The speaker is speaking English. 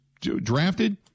drafted